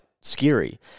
scary